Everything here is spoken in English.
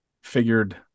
figured